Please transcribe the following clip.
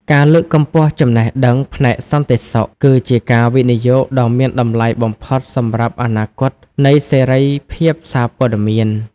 ការលើកកម្ពស់ចំណេះដឹងផ្នែកសន្តិសុខ គឺជាការវិនិយោគដ៏មានតម្លៃបំផុតសម្រាប់អនាគតនៃសេរីភាពសារព័ត៌មាន។